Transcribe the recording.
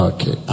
Okay